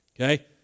okay